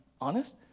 honest